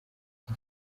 iki